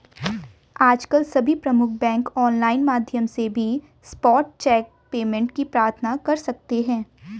आजकल सभी प्रमुख बैंक ऑनलाइन माध्यम से भी स्पॉट चेक पेमेंट की प्रार्थना कर सकते है